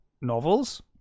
novels